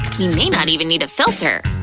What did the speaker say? we may not even need a filter!